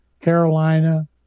Carolina